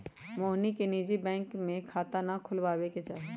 मोहिनी के निजी बैंक में खाता ना खुलवावे के चाहि